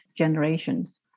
generations